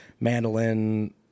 mandolin